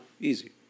easy